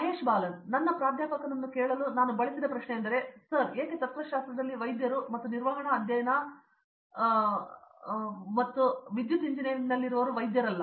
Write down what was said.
ಮಹೇಶ್ ಬಾಲನ್ ನನ್ನ ಪ್ರಾಧ್ಯಾಪಕನನ್ನು ಕೇಳಲು ನಾನು ಬಳಸಿದ ಪ್ರಶ್ನೆಯೆಂದರೆ ಸರ್ ಏಕೆ ತತ್ವಶಾಸ್ತ್ರದಲ್ಲಿ ವೈದ್ಯರು ಮತ್ತು ನಿರ್ವಹಣಾ ಅಧ್ಯಯನ ಅಥವಾ ವಿದ್ಯುತ್ ಇಂಜಿನಿಯರಿಂಗ್ನಲ್ಲಿ ವೈದ್ಯರಲ್ಲ